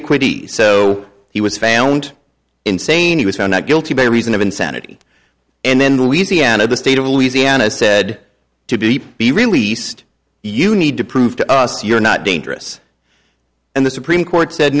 quickie so he was found insane he was found not guilty by reason of insanity and then louisiana the state of louisiana said to b p released you need to prove to us you're not dangerous and the supreme court said